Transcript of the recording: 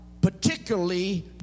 particularly